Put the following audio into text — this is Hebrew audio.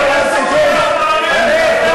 לדבר בכנסת ישראל, לך לעזה.